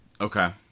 Okay